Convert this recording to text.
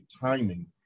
timing